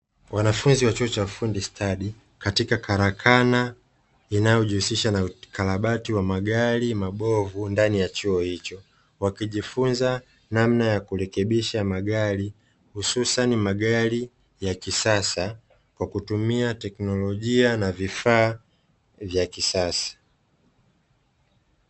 Wanafunzi wa chuo cha ufundi stadi katika karakana inayojihusisha na ukarabati wa magari mabovu ndani ya chuo hicho, wakijifunza namna ya kurekebisha magari hususa ni magari ya kisasa kwa kutumia teknolojia na vifaa vya kisasa.